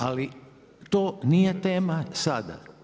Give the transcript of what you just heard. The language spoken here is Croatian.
Ali to nije tema sada.